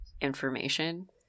information